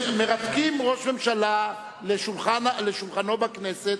מרתקים את ראש הממשלה לשולחנו בכנסת.